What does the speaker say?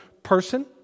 Person